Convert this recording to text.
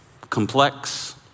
Complex